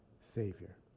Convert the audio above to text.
Savior